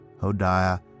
Hodiah